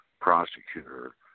prosecutor